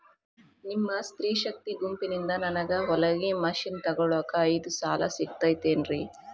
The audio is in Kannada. ನಿಮ್ಮ ಸ್ತ್ರೇ ಶಕ್ತಿ ಗುಂಪಿನಿಂದ ನನಗ ಹೊಲಗಿ ಮಷೇನ್ ತೊಗೋಳಾಕ್ ಐದು ಸಾಲ ಸಿಗತೈತೇನ್ರಿ?